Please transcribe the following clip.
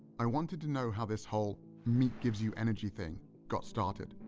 i wanted to know how this whole meat gives you energy thing got started,